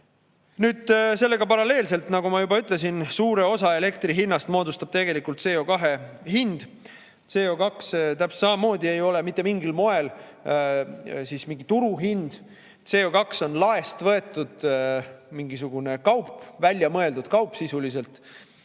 Nüüd sellega paralleelselt, nagu ma juba ütlesin, suure osa elektri hinnast moodustab tegelikult CO2hind. CO2täpselt samamoodi ei ole mitte mingil moel mingi turuhind, CO2on laest võetud mingisugune kaup, väljamõeldud kaup sisuliselt,